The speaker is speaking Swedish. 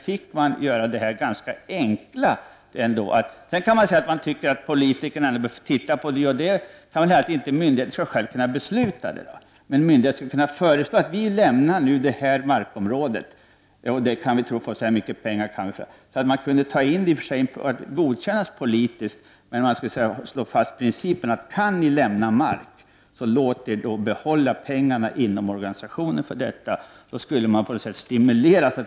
Sedan kan man naturligtvis säga att man tycker att politikerna ändå bör se över vissa saker. Men en myndighet skall kunna föreslå att den skall lämna ifrån sig ett markområde och försöka göra en uppskattning av hur mycket pengar man tror att man kan få för det. Det skulle alltså kunna godkännas politiskt. Men en princip skulle slås fast som går ut på att om en myndighet kan lämna mark får den behålla pengarna inom organisationen. Då skulle myndigheterna stimuleras.